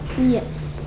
Yes